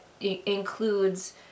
includes